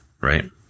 Right